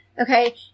okay